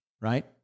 right